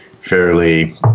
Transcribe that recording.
fairly